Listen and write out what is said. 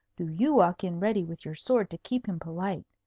do you walk in ready with your sword to keep him polite.